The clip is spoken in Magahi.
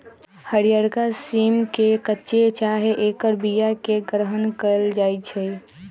हरियरका सिम के कच्चे चाहे ऐकर बियाके ग्रहण कएल जाइ छइ